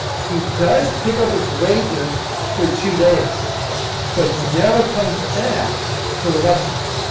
he does pick up his wages for two days but never comes back for the rest of it.